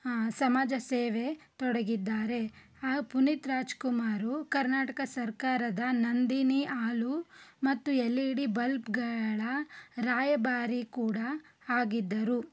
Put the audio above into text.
ಸಮಾಜಸೇವೆ ತೊಡಗಿದ್ದಾರೆ ಪುನೀತ್ ರಾಜ್ಕುಮಾರ್ ಕರ್ನಾಟಕ ಸರ್ಕಾರದ ನಂದಿನಿ ಹಾಲು ಮತ್ತು ಎಲ್ ಇ ಡಿ ಬಲ್ಪ್ಗಳ ರಾಯಭಾರಿ ಕೂಡ ಆಗಿದ್ದರು